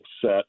set